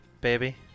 baby